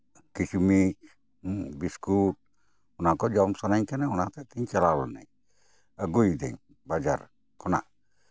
ᱠᱤᱥᱢᱤᱪ biscuit ᱚᱱᱟ ᱠᱚ ᱡᱚᱢ ᱥᱟᱱᱟᱧ ᱠᱟᱱᱟ ᱚᱱᱟ ᱦᱚᱛᱮᱜ ᱛᱤᱧ ᱪᱟᱞᱟᱣ ᱞᱮᱱᱟᱧ ᱟᱹᱜᱩᱭᱮᱫᱟᱧ ᱵᱟᱡᱟᱨ ᱠᱷᱚᱱᱟᱜ